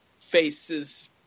faces